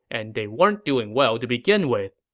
and they weren't doing well to begin with.